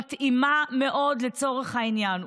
מתאימה מאוד לצורך העניין,